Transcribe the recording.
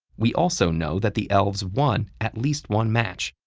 we also know that the elves won at least one match,